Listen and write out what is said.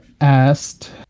asked